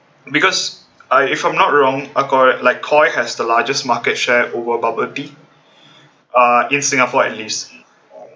because I if I'm not wrong uh k~ like Koi has the largest market share over bubble tea uh in singapore at least